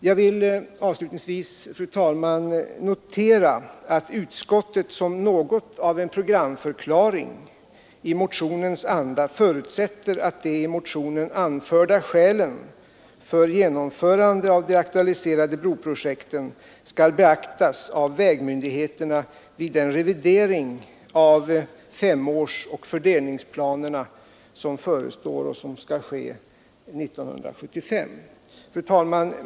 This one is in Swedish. Jag vill avslutningsvis, fru talman, notera att utskottet som något av en programförklaring i motionens anda förutsätter att de i motionen anförda skälen för genomförande av de aktualiserade broprojekten skall beaktas av vägmyndigheterna vid den revidering av femårsoch fördelningsplanerna som förestår och som skall ske 1975. Fru talman!